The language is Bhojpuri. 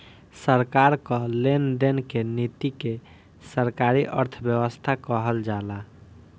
सरकार कअ लेन देन की नीति के सरकारी अर्थव्यवस्था कहल जाला